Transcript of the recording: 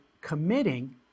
committing